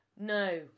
No